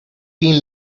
been